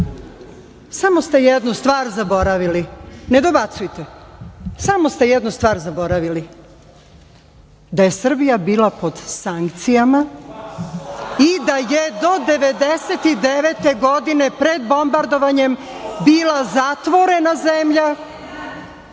samo ste jednu stvar zaboravili. Ne dobacujte. Samo ste jednu stvar zaboravili. Da je Srbija bila pod sankcijama i da je do 1999. godine pred bombardovanje bila zatvorena zemlja,